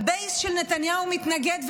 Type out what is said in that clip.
הבייס של נתניהו מתנגד,